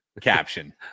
caption